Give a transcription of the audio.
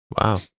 Wow